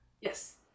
Yes